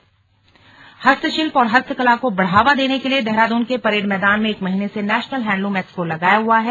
slug expo हस्तशिल्प और हस्तकला को बढ़ावा देने के लिए देहरादून के परेड मैदान में एक महीने से नेशनल हैंडलूम एक्सपो लगा हुआ है